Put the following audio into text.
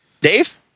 Dave